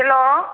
hello